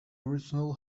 original